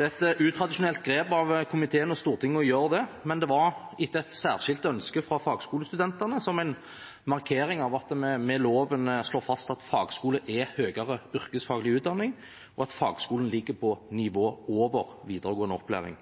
Det er et utradisjonelt grep av komiteen og Stortinget å gjøre det, men det var etter et særskilt ønske fra fagskolestudentene, som en markering av at vi med loven slår fast at fagskole er høyere yrkesfaglig utdanning, og at fagskole ligger på nivået over videregående opplæring.